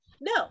No